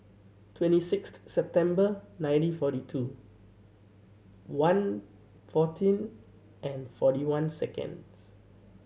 twenty sixth September nineteen forty two one fourteen and forty one seconds